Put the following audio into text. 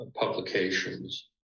publications